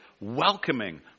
welcoming